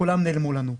כולם נעלמו לנו,